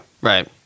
Right